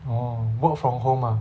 oh work from home ah